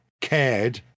cared